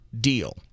deal